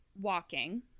walking